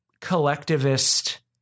collectivist